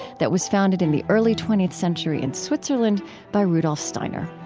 that was founded in the early twentieth century in switzerland by rudolph steiner.